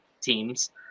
teams